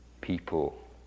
people